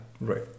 Right